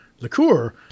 liqueur